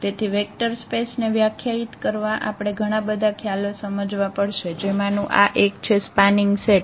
તેથી vector space ને વ્યાખ્યાયિત કરવા આપણે ઘણાબધા ખ્યાલો સમજવા પડશે જેમાંનું આ એક છે સ્પાનીંગ સેટ